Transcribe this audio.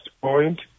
Point